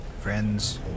friends